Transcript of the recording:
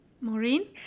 Maureen